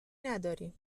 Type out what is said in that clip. نداریم